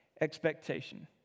expectation